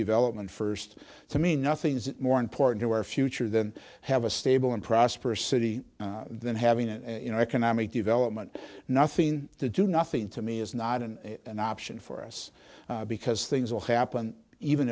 development first to me nothing is more important to our future than have a stable and prosperous city than having it in our economic development nothing to do nothing to me is not an option for us because things will happen even